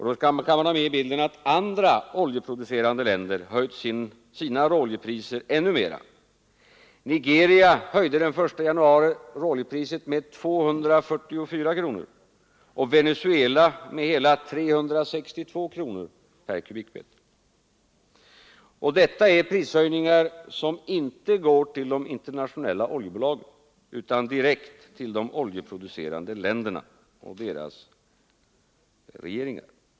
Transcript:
Då skall man ha med i bilden att andra oljeproducerande länder höjt sina råoljepriser ännu mera. Nigeria höjde den 1 januari råoljepriset med 244 kronor och Venezuela med hela 362 kronor per kubikmeter. Och detta är prishöjningar som inte går till de internationella oljebolagen utan direkt till de oljeproducerande länderna och deras regeringar.